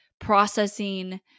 processing